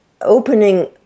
opening